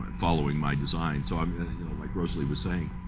following my design. so i mean like rosalie was saying,